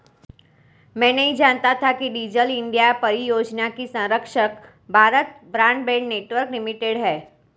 मैं नहीं जानता था कि डिजिटल इंडिया परियोजना की संरक्षक भारत ब्रॉडबैंड नेटवर्क लिमिटेड है